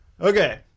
Okay